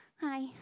Hi